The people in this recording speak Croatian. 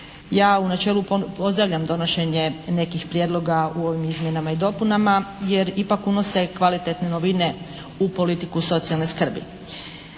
Ja u načelu pozdravljam donošenje nekih prijedloga u ovim izmjenama i dopunama, jer ipak unose kvalitetne novine u politiku socijalne skrbi.